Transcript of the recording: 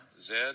Zed